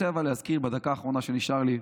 בדקה האחרונה שנשארה לי,